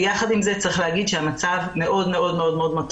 יחד עם זאת צריך לומר שהמצב מאוד מאוד מטריד.